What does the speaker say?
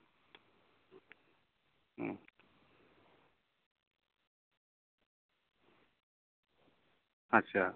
ᱟᱪᱪᱷᱟ